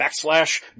backslash